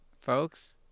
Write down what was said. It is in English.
folks